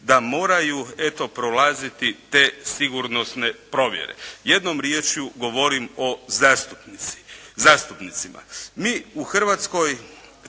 da moraju eto prolaziti te sigurnosne provjere, jednom riječju govorim o zastupnicima. Mi u Hrvatskoj